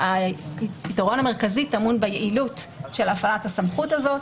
היתרון המרכזי תלוי ביעילות של הפעלת הסמכות הזו.